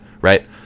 Right